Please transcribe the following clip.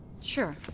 Sure